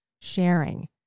sharing